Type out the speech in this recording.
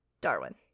Darwin